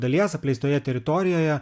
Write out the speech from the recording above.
dalies apleistoje teritorijoje